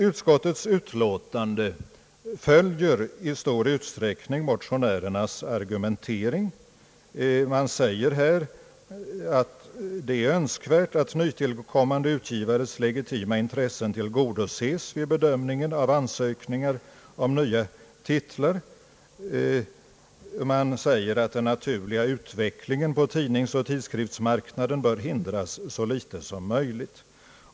Utskottets utlåtande följer i stor utsträckning motionärernas argumentering. Utskottet säger att det är önskvärt att nytillkommande utgivares legitima intressen tillgodoses vid bedömningen av ansökningar om nya titlar. Utskottet framhåller att den naturliga utvecklingen på tidningsoch tidskriftsmarknaden bör hindras så litet som möjligt.